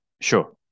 sure